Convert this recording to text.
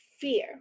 fear